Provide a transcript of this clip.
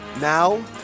Now